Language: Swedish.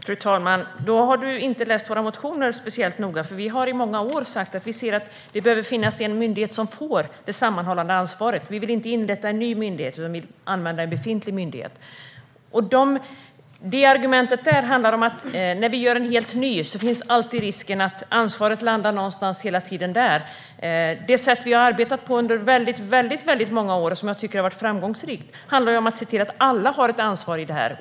Fru talman! Då har statsrådet inte läst våra motioner speciellt noga, för vi har i många år sagt att det behöver finnas en myndighet som får det sammanhållande ansvaret. Vi vill inte inrätta en ny myndighet, utan vi vill använda en befintlig myndighet. Vårt argument för detta är att det finns en risk när man inrättar en ny myndighet att ansvaret alltid landar där. Under väldigt många år har vi arbetat på ett sätt som har varit framgångsrikt, och det handlar om att se till att alla har ett ansvar.